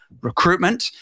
recruitment